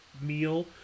meal